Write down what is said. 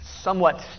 somewhat